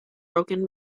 broken